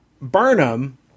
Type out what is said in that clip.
Burnham